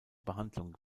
behandlung